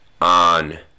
on